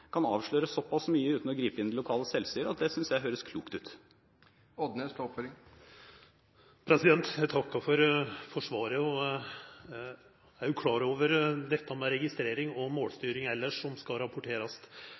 kan avsløre såpass mye uten å gripe inn i det lokale selvstyret, at det synes jeg høres klokt ut. Jeg takker for svaret. Jeg er jo også klar over dette med registrering og målstyring ellers som skal rapporteres,